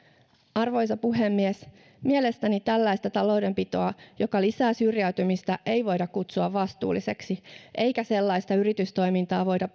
arvoisa puhemies mielestäni tällaista taloudenpitoa joka lisää syrjäytymistä ei voida kutsua vastuulliseksi eikä sellaista yritystoimintaa voida